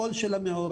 הקול של המעורבות,